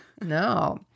No